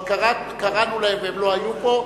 אבל קראנו להם והם לא היו פה,